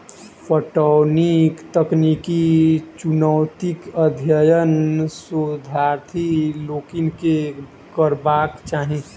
पटौनीक तकनीकी चुनौतीक अध्ययन शोधार्थी लोकनि के करबाक चाही